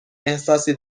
احساسی